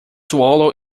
swallow